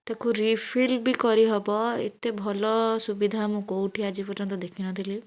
ତାକୁ ରିଫିଲ୍ ବି କରିହେବ ଏତେ ଭଲ ସୁବିଧା ମୁଁ କେଉଁଠି ଆଜି ପର୍ଯ୍ୟନ୍ତ ଦେଖିନଥିଲି